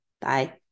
Bye